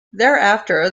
thereafter